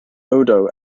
odo